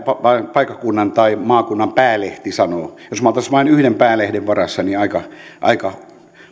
paikkakunnan tai maakunnan päälehti sanoo jos me olisimme vain yhden päälehden varassa niin aika aika